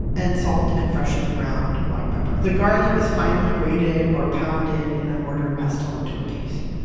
and salt, and freshly ground black pepper. the garlic is finely grated or pounded in a mortar and pestle, into a paste.